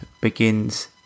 begins